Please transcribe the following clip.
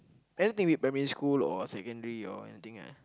anything primary school or secondary or anything ah